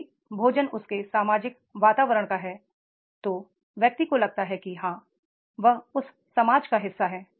यदि भोजन उनके सामाजिक वातावरण का है तो व्यक्ति को लगता है कि हाँ वह उस समाज का एक हिस्सा है